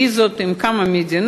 ויזות בהסכם עם כמה מדינות,